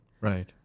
Right